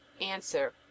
Answer